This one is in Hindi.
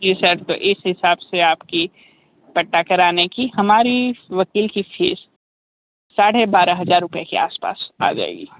जी सर तो इस हिसाब से आपकी पट्टा कराने की हमारी वकील की फ़ीस साढ़े बारह हज़ार रुपये के आस पास आ जाएगी